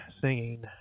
singing